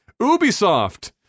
Ubisoft